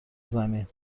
زمین